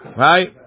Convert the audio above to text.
right